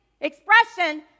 expression